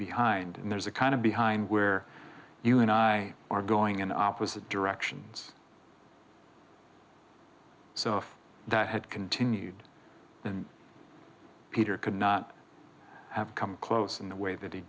behind and there's a kind of behind where you and i are going in opposite directions so if that had continued then peter could not have come close in the way that he